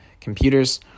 computers